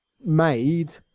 made